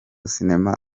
sinema